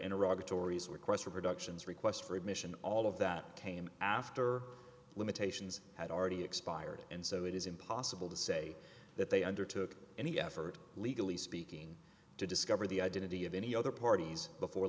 in iraq or tories or course reproductions request for admission all of that came after limitations had already expired and so it is impossible to say that they undertook any effort legally speaking to discover the identity of any other parties before